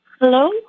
hello